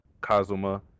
Kazuma